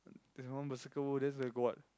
there's one berserker wolf that's the got what